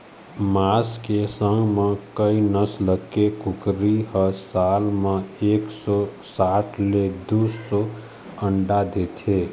मांस के संग म कइ नसल के कुकरी ह साल म एक सौ साठ ले दू सौ अंडा देथे